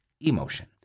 emotion